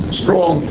strong